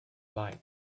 light